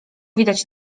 widać